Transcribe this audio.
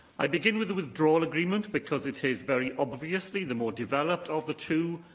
i begin with the withdrawal agreement, because it is very obviously the more developed of the two,